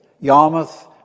Yarmouth